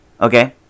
Okay